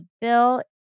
bill